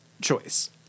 choice